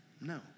No